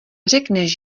řekneš